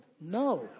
No